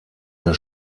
der